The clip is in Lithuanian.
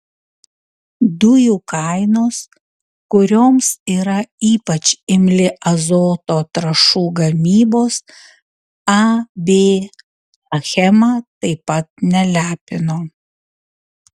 dujų kainos kurioms yra ypač imli azoto trąšų gamybos ab achema taip pat nelepino